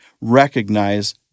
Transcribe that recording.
recognize